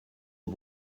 aux